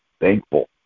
thankful